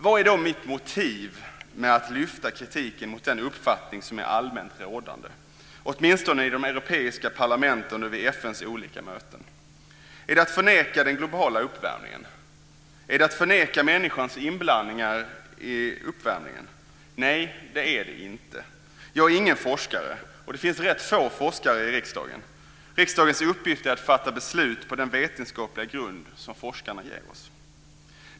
Vad är då mitt motiv med att lyfta fram kritiken mot den uppfattning som är allmänt rådande, åtminstone i de europeiska parlamenten och vid FN:s olika möten? Är det att förneka den globala uppvärmningen? Är det att förneka människans inblandning i uppvärmningen? Nej, det är det inte. Jag är ingen forskare. Det finns rätt få forskare i riksdagen. Riksdagens uppgift är att fatta beslut på den vetenskapliga grund som forskarna ger oss.